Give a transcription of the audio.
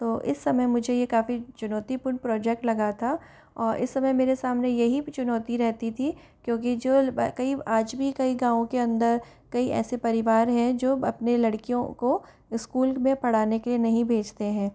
तो इस समय मुझे यह काफी चुनौतीपूर्ण प्रोजेक्ट लगा था और इस समय मेरे सामने यही चुनौती रहती थी क्योंकि जो कई आज भी कई गाँव के अंदर कई ऐसे परिवार है जो अपने लड़कियों को स्कूल में पढ़ाने के लिए नहीं भेजते हैं